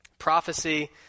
prophecy